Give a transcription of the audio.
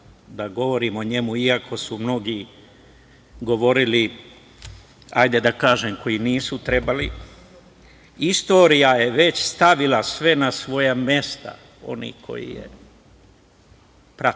da govorim o njemu, iako su mnogi govorili, hajde da kažem, koji nisu trebali. Istorija je već stavila sve na svoja mesta, oni koji je prate, ali